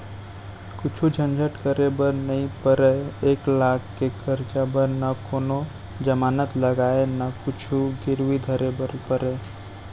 कुछु झंझट करे बर नइ परय, एक लाख के करजा बर न कोनों जमानत लागय न कुछु गिरवी धरे बर परय